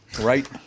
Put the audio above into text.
right